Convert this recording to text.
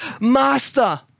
Master